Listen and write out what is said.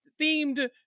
themed